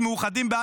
באמת מאוחדים,